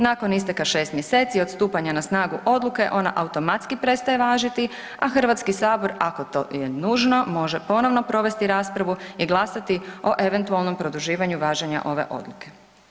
Nakon isteka 6. mjeseci od stupanja na snagu odluke ona automatski prestaje važiti, a HS ako to je nužno može ponovno provesti raspravu i glasati o eventualnom produživanju važenja ove odluke.